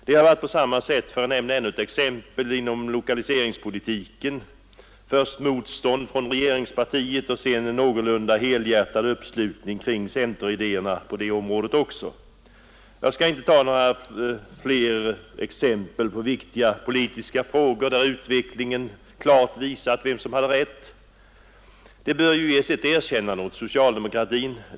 Det har varit på samma sätt, för att nämna ett annat exempel, inom lokaliseringspolitiken: först motstånd från regeringspartiet och sedan en någorlunda helhjärtad uppslutning kring centeridéerna på detta område. Jag skall inte ta flera exempel på viktiga politiska frågor där utvecklingen klart visat vem som hade rätt. Det bör ges ett erkännande också åt socialdemokratin.